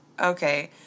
Okay